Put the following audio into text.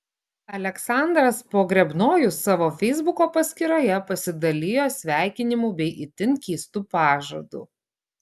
aleksandras pogrebnojus savo feisbuko paskyroje pasidalijo sveikinimu bei itin keistu pažadu